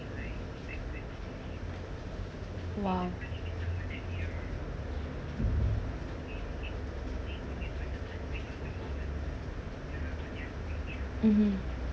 !wow! mmhmm